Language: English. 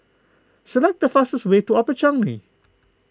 select the fastest way to Upper Changi